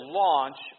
launch